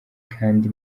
kandi